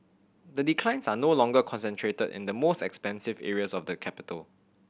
the declines are no longer concentrated in the most expensive areas of the capital